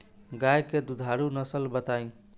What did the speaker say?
गाय के दुधारू नसल बताई?